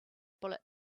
bullet